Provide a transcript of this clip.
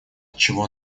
чего